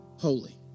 Holy